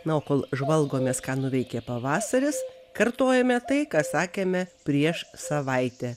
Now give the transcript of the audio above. na o kol žvalgomės ką nuveikė pavasaris kartojame tai ką sakėme prieš savaitę